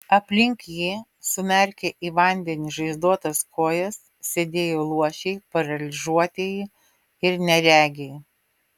aplink jį sumerkę į vandenį žaizdotas kojas sėdėjo luošiai paralyžiuotieji ir neregiai